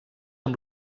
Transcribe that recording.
amb